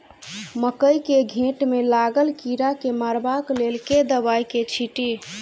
मकई केँ घेँट मे लागल कीड़ा केँ मारबाक लेल केँ दवाई केँ छीटि?